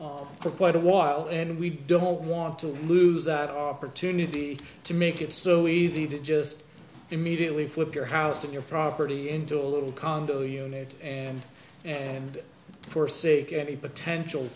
commercial for quite a while and we don't want to lose that opportunity to make it so easy to just immediately flip your house and your property into a little condo unit and and forsake any potential